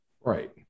Right